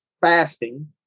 fasting